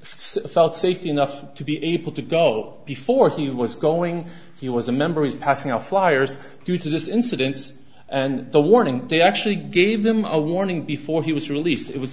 felt safe enough to be able to go before he was going he was a member he's passing out flyers due to this incidence and the warning they actually gave them a warning before he was released it was